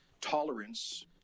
tolerance